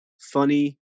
funny